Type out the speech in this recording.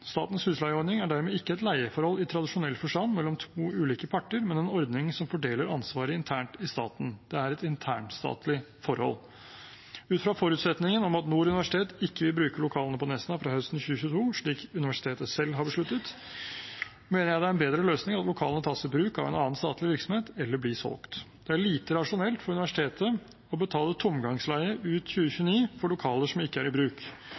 Statens husleieordning er dermed ikke et leieforhold i tradisjonell forstand mellom to ulike parter, men en ordning som fordeler ansvaret internt i staten. Det er et internstatlig forhold. Ut fra forutsetningen om at Nord universitet ikke vil bruke lokalene på Nesna fra høsten 2022, slik universitetet selv har besluttet, mener jeg det er en bedre løsning at lokalene tas i bruk av en annen statlig virksomhet eller blir solgt. Det er lite rasjonelt for universitetet å betale tomgangsleie ut 2029 for lokaler som ikke er i bruk.